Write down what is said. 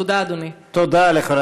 תודה, אדוני.